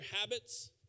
habits